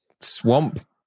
Swamp